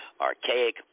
archaic